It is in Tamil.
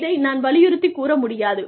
இதை நான் வலியுறுத்தி கூற முடியாது